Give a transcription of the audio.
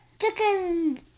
Chicken